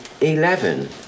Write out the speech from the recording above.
Eleven